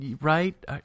right